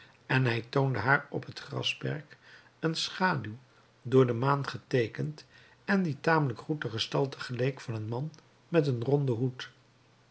en hij toonde haar op het grasperk een schaduw door de maan geteekend en die tamelijk goed de gestalte geleek van een man met een ronden hoed